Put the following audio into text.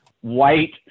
white